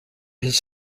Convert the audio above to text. his